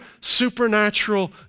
supernatural